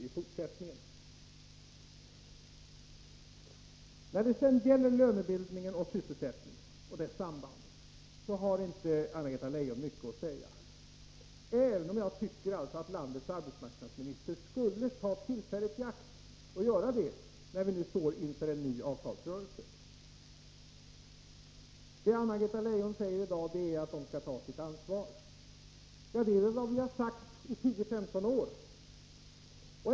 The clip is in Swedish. När det sedan gäller sambandet mellan lönebildning och sysselsättning har inte Anna-Greta Leijon mycket att säga. Jag tycker att landets arbetsmarknadsminister skulle ta tillfället i akt och tala om detta samband när vi nu står inför en ny avtalsrörelse. Det Anna-Greta Leijon säger i dag är att parterna skall ta sitt ansvar. Det är vad vi har sagt i 10-15 år.